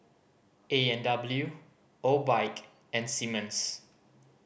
A and W Obike and Simmons